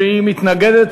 שמתנגדת.